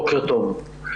בוקר טוב.